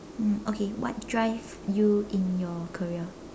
mm okay what drives you in your career